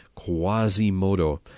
Quasimodo